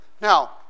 Now